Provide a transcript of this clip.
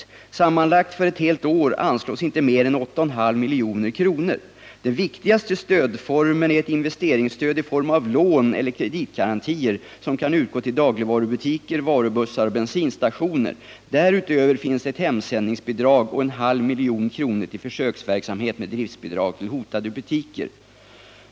Sammanlagt för ett helt år anslås inte mer än 8,5 milj kr. Den viktigaste stödformen är ett investeringsstöd i form av lån eller kreditgarantier, som kan utgå till dagligvarubutiker, varubussar och bensinstationer. Därutöver finns det ett hemsändningsbidrag och en halv miljon kr till försöksverksamhet med driftbidrag till hotade butiker.